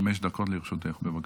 חמש דקות לרשותך, בבקשה.